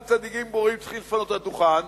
גם צדיקים גמורים צריכים לפנות את הדוכן.